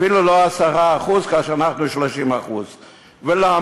אפילו לא 10%, כאשר אנחנו 30%. ולמה?